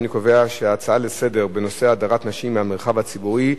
אני קובע שההצעות לסדר בנושא: הדרת נשים מהמרחב הציבורי,